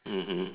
mmhmm